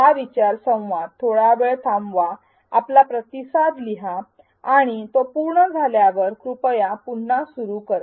हा शिक्षण संवाद थोडावेळ थांबवा आपला प्रतिसाद लिहा आणि तो पूर्ण झाल्यावर कृपया पुन्हा सुरू करा